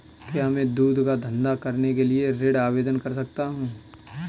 क्या मैं दूध का धंधा करने के लिए ऋण आवेदन कर सकता हूँ?